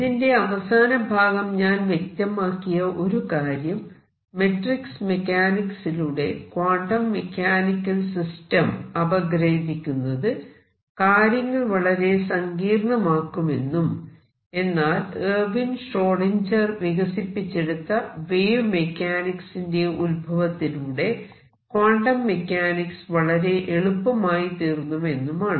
ഇതിന്റെ അവസാനഭാഗം ഞാൻ വ്യക്തമാക്കിയ ഒരു കാര്യം മെട്രിക്സ് മെക്കാനിക്സിലൂടെ ക്വാണ്ടം മെക്കാനിക്കൽ സിസ്റ്റം അപഗ്രഥിക്കുന്നത് കാര്യങ്ങൾ വളരെ സങ്കീർണമാക്കുമെന്നും എന്നാൽ എർവിൻ ഷ്രോടിൻജർ വികസിപ്പിച്ചെടുത്ത വേവ് മെക്കാനിക്സ് ന്റെ ഉത്ഭവത്തിലൂടെ ക്വാണ്ടം മെക്കാനിക്സ് വളരെ എളുപ്പമായി തീർന്നുമെന്നുമാണ്